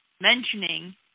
mentioning